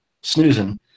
snoozing